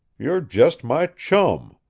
you're just my chum.